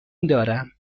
دارم